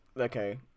okay